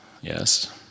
Yes